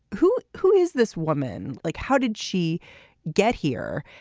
who. who is this woman. like how did she get here.